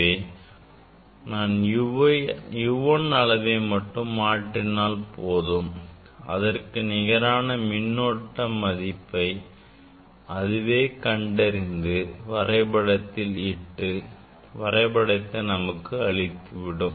எனவே நான் U1 அளவை மட்டும் மாற்றினால் போதும் அதற்கு நிகரான மின்னோட்டம் மதிப்பை அதுவே கண்டறிந்து வரைபடத்தில் இட்டு வரைபடத்தை நமக்கு அளித்து விடும்